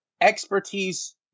Expertise